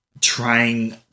trying